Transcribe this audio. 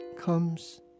comes